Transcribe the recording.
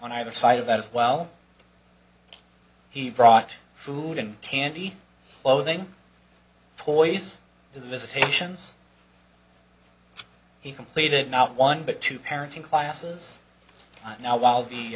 on either side of that while he brought food and candy clothing toys to the visitations he completed not one but two parenting classes now while the